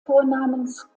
vornamens